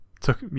took